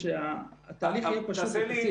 אתה אומר שהיום יש לכם כמעט בשוטף דיווח של תעודות זהות,